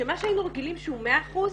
שמה שהיינו רגילים שהוא 100 אחוזים,